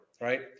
right